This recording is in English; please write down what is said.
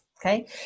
Okay